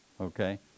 okay